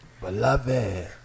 Beloved